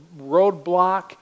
roadblock